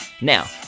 Now